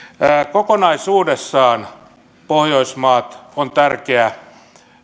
kokonaisuudessaan pohjoismaat on tärkeä